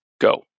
Go